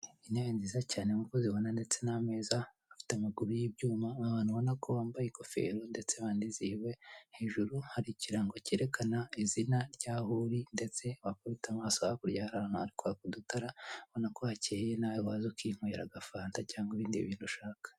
Intebe nziza cyane nk'uko uzibona ndetse n'ameza afite amaguru y'ibyuma, abantu ubona ko bambaye ingofero ndetse banizihiwe, hejuru hari ikirango cyerekana izina ryaho uri, ndetse wakubita amaso hakurya hari ahantu hari kwaka udutara ubona ko hakeye nawe waza ukinywera agafanta cyangwa ibindi bintu ushaka.